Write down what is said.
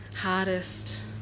hardest